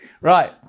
Right